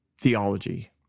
theology